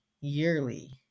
yearly